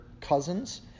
cousins